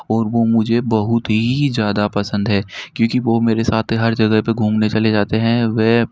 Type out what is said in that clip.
और वह मुझे बहुत ही ज़्यादा पसंद है क्योंकि वो मेरे साथ हर जगह पर घूमने चले जाते हैं वह